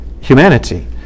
humanity